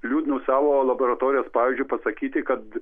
liūdnu savo laboratorijos pavyzdžiu pasakyti kad